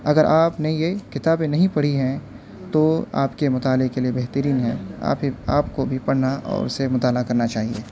اگر آپ نے یہ کتابیں نہیں پڑھی ہیں تو آپ کے مطالعے کے لیے بہترین ہیں یا پھر آپ کو بھی پڑھنا اور اسے مطالعہ کرنا چاہیے